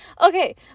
Okay